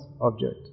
object